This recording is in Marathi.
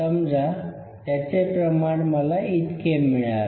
समजा त्याचे प्रमाण मला इतके मिळाले